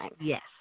yes